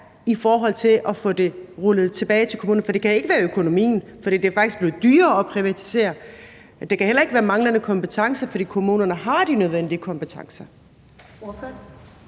i forhold til at få det rullet tilbage til kommunerne. For det kan ikke være økonomien, for det er faktisk blevet dyrere at privatisere, og det kan heller ikke være manglende kompetence, for kommunerne har de nødvendige kompetencer.